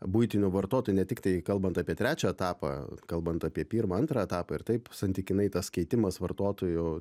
buitinių vartotojų ne tiktai kalbant apie trečią etapą kalbant apie pirmą antrą etapą ir taip santykinai tas keitimas vartotojų